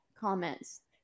comments